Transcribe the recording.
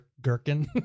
gherkin